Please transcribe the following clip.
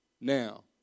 now